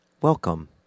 Welcome